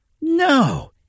No